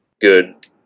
good